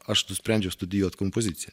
aš nusprendžiau studijuot kompoziciją